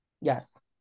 yes